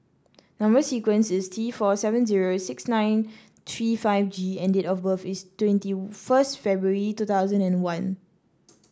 number sequence is T four seven zero six nine three five G and date of birth is twenty first February two thousand and one